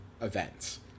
events